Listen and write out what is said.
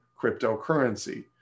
cryptocurrency